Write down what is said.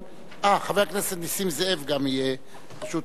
חבר הכנסת נסים זאב גם יהיה, פשוט